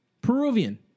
Peruvian